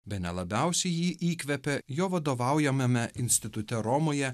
bene labiausiai jį įkvepia jo vadovaujamame institute romoje